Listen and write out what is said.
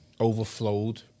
overflowed